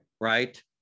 Right